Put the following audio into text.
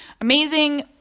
amazing